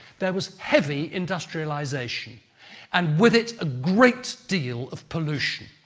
there was heavy industrialisation and with it, a great deal of pollution.